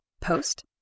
post